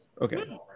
Okay